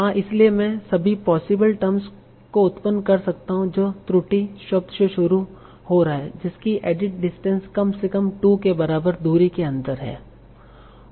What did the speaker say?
हाँ इसलिए मैं सभी पॉसिबल टर्म्स को उत्पन्न कर सकता हूं जो त्रुटि शब्द से शुरू हो रहा है जिसकी एडिट डिस्टेंस कम से कम 2 के बराबर दूरी के अन्दर हैं